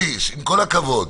אלי, עם כל הכבוד,